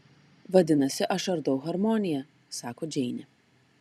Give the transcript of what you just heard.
vadinasi aš ardau harmoniją sako džeinė